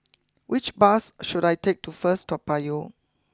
which bus should I take to first Toa Payoh